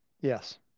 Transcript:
Yes